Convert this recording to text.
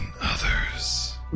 others